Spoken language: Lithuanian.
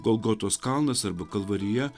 golgotos kalnas arba kalvarija